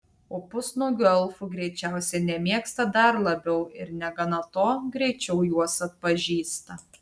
o pusnuogių elfų greičiausiai nemėgsta dar labiau ir negana to greičiau juos atpažįsta